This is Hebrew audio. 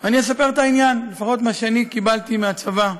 אני אספר את העניין, לפחות מה שאני קיבלתי מהצבא.